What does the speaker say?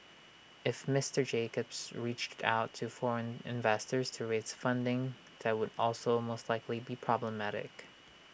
if Mister Jacobs reached out to foreign investors to raise funding that would also most likely be problematic